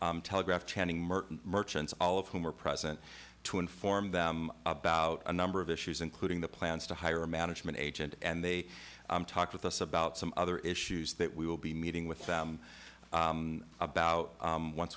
the telegraph channing merton merchants all of whom were present to inform them about a number of issues including the plans to hire a management agent and they talked with us about some other issues that we will be meeting with them about once